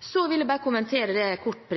Så vil jeg bare kommentere kort